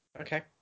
Okay